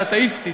האתאיסטית,